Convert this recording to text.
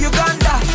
Uganda